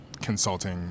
consulting